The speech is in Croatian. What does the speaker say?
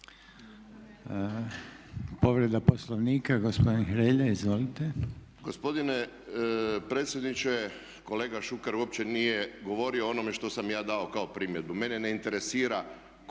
Povreda Poslovnika, gospodin Hrelja. Izvolite. **Hrelja, Silvano (HSU)** Gospodine predsjedniče, kolega Šuker uopće nije govorio o onome što sam ja dao kao primjedbu.